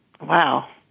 Wow